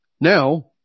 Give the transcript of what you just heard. Now